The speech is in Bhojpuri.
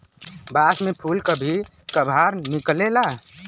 बांस में फुल कभी कभार निकलेला